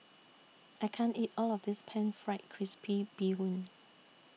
I can't eat All of This Pan Fried Crispy Bee Hoon